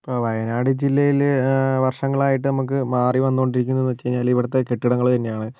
ഇപ്പോൾ വയനാട് ജില്ലയിൽ വർഷങ്ങളായിട്ട് നമുക്ക് മാറി വന്നോണ്ടിരിക്കുന്നത് എന്നുവെച്ചു കഴിഞ്ഞാൽ ഇവിടുത്തെ കെട്ടിടങ്ങൾ തന്നെയാണ്